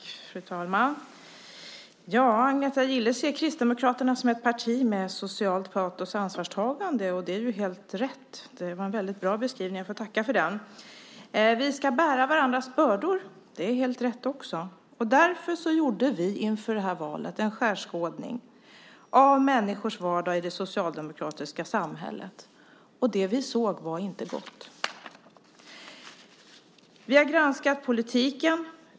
Fru talman! Agneta Gille ser Kristdemokraterna som ett parti med socialt patos och ansvarstagande. Och det är helt rätt. Det var en väldigt bra beskrivning. Jag får tacka för den. Vi ska bära varandras bördor. Det är också helt rätt. Därför gjorde vi inför detta val en skärskådning av människors vardag i det socialdemokratiska samhället. Och det som vi såg var inte gott. Vi har granskat politiken.